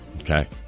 Okay